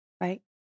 right